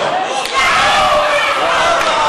שמית.